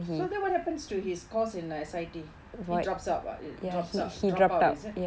so then what happens to his course in S_I_T he drops out ah drops out he drop out is it